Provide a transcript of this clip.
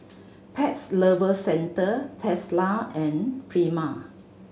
Pets Lover Centre Tesla and Prima